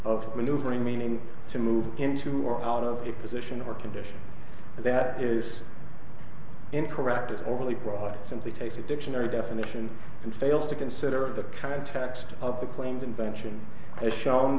of maneuvering meaning to move into or out of a position or condition that is incorrect is overly broad simply takes a dictionary definition and fails to consider the kind of text of the claimed invention as shown